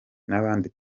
nabandi